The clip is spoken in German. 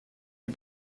die